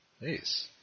Nice